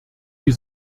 die